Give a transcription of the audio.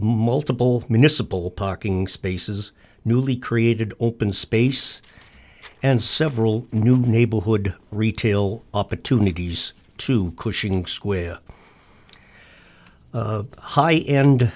multiple municipal parking spaces newly created open space and several new neighborhood retail opportunities to cushing square high end